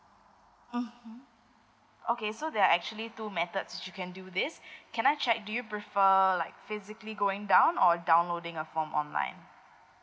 mmhmm okay so there are actually two methods which you can do this can I check do you prefer like physically going down or downloading a form online